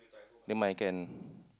never mind can